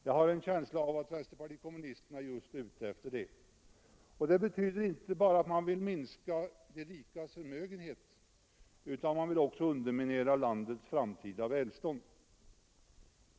Jag har en känsla av att vänsterpartiet kommunisterna just är ute efter det, och det betyder inte bara att man vill minska de rikas förmögenhet, utan man vill också underminera landets framtida välstånd.